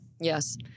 Yes